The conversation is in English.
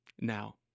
Now